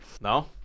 No